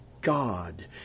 God